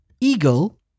Eagle